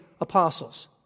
apostles